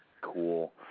cool